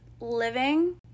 living